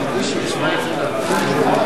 שאלה: